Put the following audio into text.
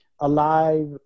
alive